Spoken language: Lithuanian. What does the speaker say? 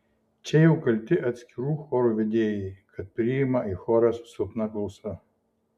čia jau kalti atskirų chorų vedėjai kad priima į chorą su silpna klausa